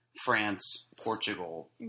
France-Portugal